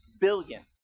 billion